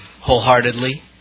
wholeheartedly